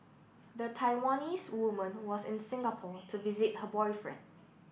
the Taiwanese woman was in Singapore to visit her boyfriend